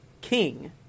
king